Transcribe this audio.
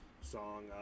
song